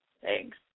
Thanks